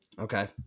Okay